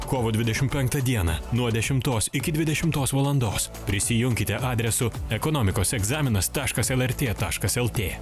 kovo dvidešimt penktą dieną nuo dešimtos iki dvidešimtos valandos prisijunkite adresu ekonomikos egzaminas taškas lrt taškas lt